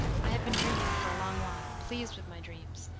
i have been dreaming for a long while, pleased with my dreams,